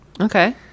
Okay